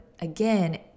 again